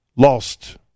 lost